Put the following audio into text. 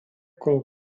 kol